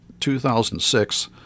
2006